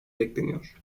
bekleniyor